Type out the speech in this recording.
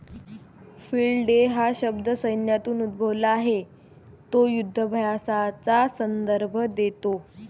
field day हा शब्द सैन्यातून उद्भवला आहे तो युधाभ्यासाचा संदर्भ देतो